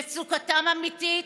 מצוקתם אמיתית,